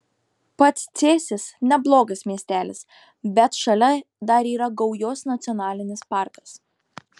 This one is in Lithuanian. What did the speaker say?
pats cėsis neblogas miestelis bet šalia dar yra gaujos nacionalinis parkas